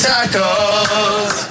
Tacos